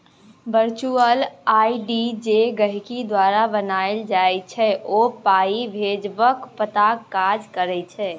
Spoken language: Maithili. बर्चुअल आइ.डी जे गहिंकी द्वारा बनाएल जाइ छै ओ पाइ भेजबाक पताक काज करै छै